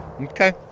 okay